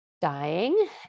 dying